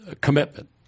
commitment